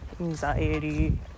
anxiety